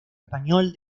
español